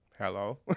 Hello